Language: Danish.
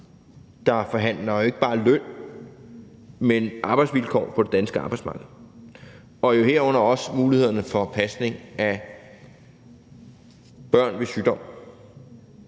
der forhandler ikke bare løn, men også arbejdsvilkår på det danske arbejdsmarked, og herunder jo også mulighederne for pasning af børn ved sygdom,